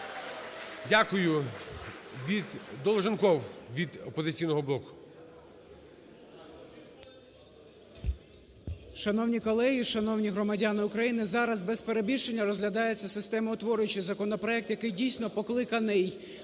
Дякую. Долженков від "Опозиційного блоку".